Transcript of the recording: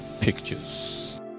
pictures